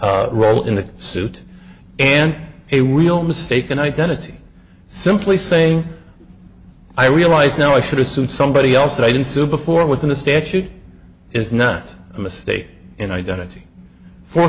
proper role in the suit and a real mistaken identity simply saying i realize now i should assume somebody else that i didn't sue before within the statute is not a mistake in identity for